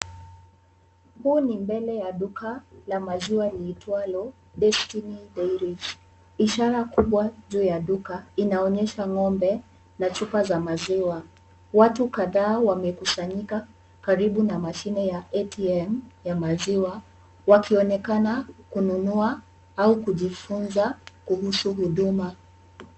Huu ni mbele ya duka la maziwa liitwalo Destiny Dairies. Ishara kubwa juu ya duka inaonyesha ng'ombe na chupa za maziwa. Watu kadhaa wamekusanyika karibu na mashine ya ATM ya maziwa, wakionekana kununua au kujifunza kuhusu huduma.